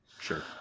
Sure